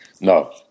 No